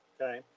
Okay